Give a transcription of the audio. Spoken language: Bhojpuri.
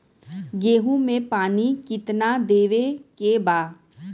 गेहूँ मे पानी कितनादेवे के बा?